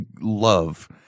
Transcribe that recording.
love